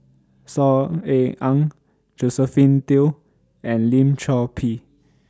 Saw Ean Ang Josephine Teo and Lim Chor Pee